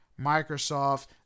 Microsoft